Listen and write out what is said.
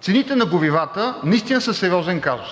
цените на горивата наистина са сериозен казус.